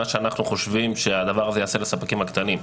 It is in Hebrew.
שאנחנו חושבים שהדבר הזה יעשה לספקים הקטנים.